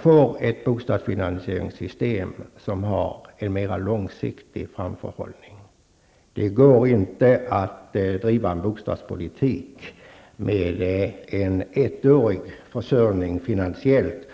får ett bostadsfinansieringssystem som har en mer långsiktig framförhållning. Det går inte att driva en bostadspolitik med en ettårig försörjning finansiellt.